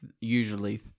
usually